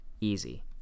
easy